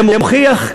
זה מוכיח,